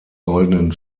goldenen